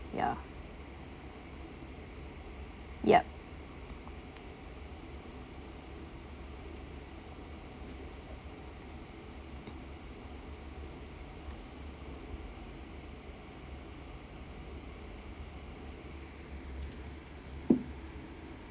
ya yup